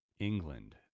England